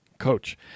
Coach